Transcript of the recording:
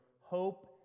hope